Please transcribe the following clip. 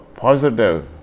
Positive